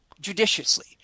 judiciously